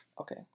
Okay